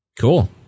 Cool